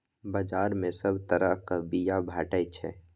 बजार मे सब तरहक बीया भेटै छै